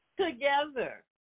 together